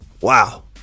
wow